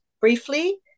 briefly